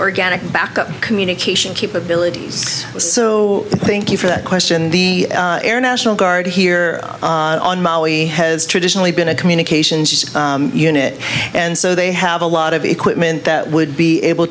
organic backup communication capability so thank you for that question the air national guard here on maui has traditionally been a communications unit and so they have a lot of equipment that would be able